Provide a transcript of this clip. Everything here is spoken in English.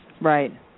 Right